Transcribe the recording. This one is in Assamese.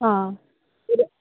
অঁ